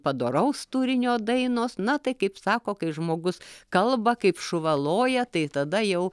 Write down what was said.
padoraus turinio dainos na tai kaip sako kai žmogus kalba kaip šuva loja tai tada jau